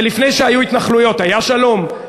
ולפני שהיו התנחלויות היה שלום?